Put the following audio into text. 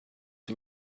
are